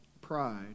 pride